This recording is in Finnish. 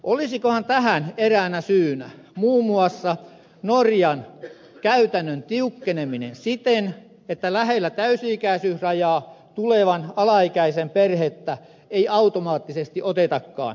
olisikohan tähän eräänä syynä muun muassa norjan käytännön tiukkeneminen siten että lähellä täysi ikäisyysrajaa tulevan alaikäisen perhettä ei automaattisesti otetakaan vastaan